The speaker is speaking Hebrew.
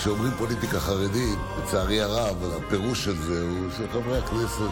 (הישיבה נפסקה בשעה 20:22 ונתחדשה בשעה 21:17.) חברי הכנסת,